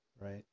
Right